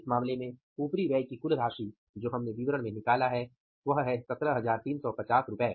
इस मामले में उपरिव्यय की कुल राशि जो हमने विवरण में निकाला है वह 17350 रु है